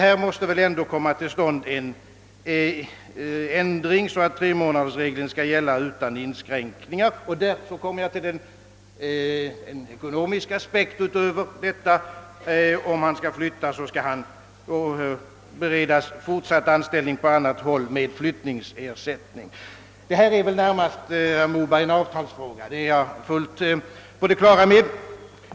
Här måste en ändring genomföras, så Här kommer jag till ytterligare en ekonomisk aspekt: Om han skall flyttas, skall han beredas fortsatt anställning på annat håll med flyttningsersättning. Detta är närmast en avtalsfråga, det är jag fullt på det klara med.